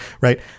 Right